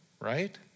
Right